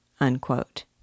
unquote